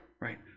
right